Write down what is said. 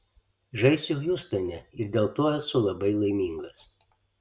žaisiu hjustone ir dėl to esu labai laimingas